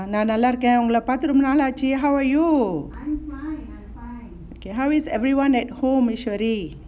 நான் நல்ல இருக்கேன் ஒங்கள பாத்து ரொம்ப நாள் ஆச்சு:naan nalla irukken ongala paathu romba naal aachu how are you okay how is everyone at home eshwari